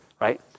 right